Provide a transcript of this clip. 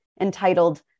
entitled